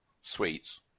sweets